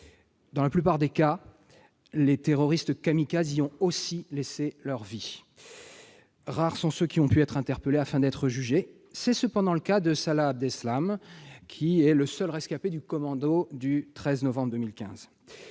Dans la plupart des cas, les terroristes kamikazes y ont aussi laissé leur vie, et rares sont ceux qui ont pu être interpellés afin d'être jugés. C'est cependant le cas de Salah Abdeslam, seul rescapé du commando du 13 novembre 2015.